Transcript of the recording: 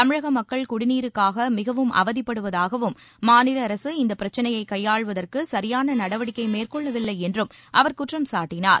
தமிழக மக்கள் குடிநீருக்காக மிகவும் அவதிப்படுவதாகவும் மாநில அரசு இந்தப் பிரச்னையைக் கையாள்வதற்கு சரியான நடவடிக்கை மேற்கொள்ளவில்லை என்றும் அவர் குற்றம் சாட்டினார்